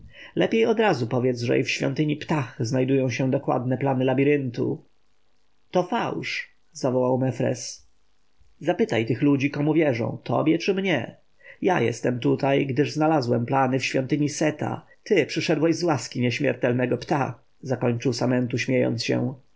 lepiej odrazu powiedz że i w świątyni ptah znajdują się dokładne plany labiryntu to fałsz zawołał mefres zapytaj tych ludzi komu wierzą tobie czy mnie ja jestem tutaj gdyż znalazłem plany w świątyni seta ty przyszedłeś z łaski nieśmiertelnego ptah zakończył samentu śmiejąc się